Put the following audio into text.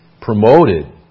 promoted